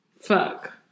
Fuck